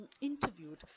interviewed